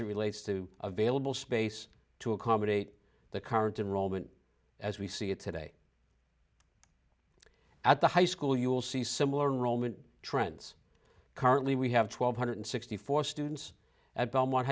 it relates to available space to accommodate the current and roman as we see it today at the high school you will see similar roman trends currently we have twelve hundred sixty four students at belmont